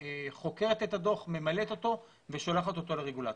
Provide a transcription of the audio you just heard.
חוקרת את הדוח, ממלאת אותו, ושולחת אותו לרגולטור.